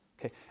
Okay